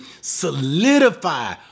solidify